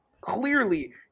clearly